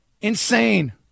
insane